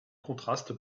contraste